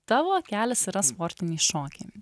tavo kelias yra sportiniai šokiai